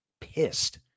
pissed